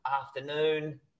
afternoon